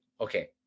okay